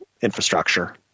infrastructure